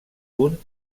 punt